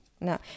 No